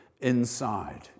inside